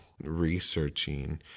researching